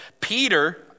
Peter